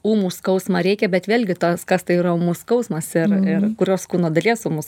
ūmų skausmą reikia bet vėlgi tas kas tai yra ūmus skausmas ir ir kurios kūno dalies ūmus